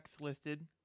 listed